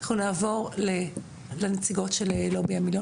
אנחנו נעבור לנציגות של "לובי המיליון",